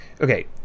Okay